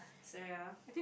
so ya